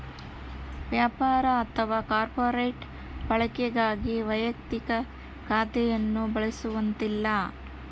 ವ್ಯಾಪಾರ ಅಥವಾ ಕಾರ್ಪೊರೇಟ್ ಬಳಕೆಗಾಗಿ ವೈಯಕ್ತಿಕ ಖಾತೆಯನ್ನು ಬಳಸುವಂತಿಲ್ಲ